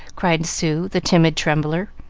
cried sue, the timid trembler.